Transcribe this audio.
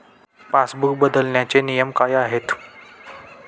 Passbook बदलण्याचे नियम काय आहेत?